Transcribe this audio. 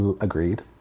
agreed